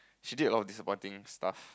she did a lot of disappointing stuff